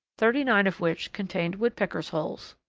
thirty-nine of which contained woodpeckers' holes.